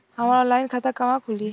हमार ऑनलाइन खाता कहवा खुली?